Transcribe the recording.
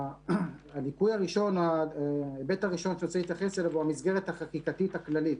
ההיבט הראשון שאני רוצה להתייחס אליו הוא המסגרת החקיקתית הכללית.